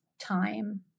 time